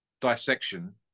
dissection